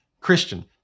Christian